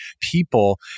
people